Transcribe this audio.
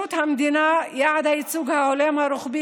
בשירות המדינה יעד הייצוג ההולם הרוחבי